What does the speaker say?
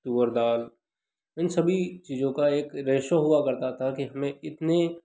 तुअर दाल इन सभी चीज़ों का एक रेश्यो हुआ करता था कि हमें इतनी